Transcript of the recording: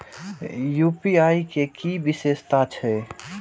UPI के कि विषेशता छै?